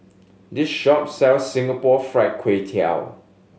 this shop sells Singapore Fried Kway Tiao